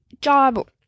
job